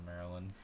Maryland